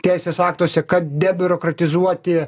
teisės aktuose kad debiurokratizuoti